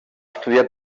estudiar